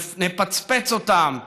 נפצפץ אותם,